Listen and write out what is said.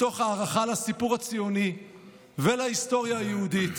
מתוך הערכה לסיפור הציוני ולהיסטוריה היהודית,